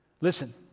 listen